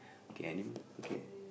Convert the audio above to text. okay I am okay